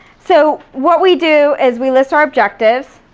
so what we do is we list our objectives.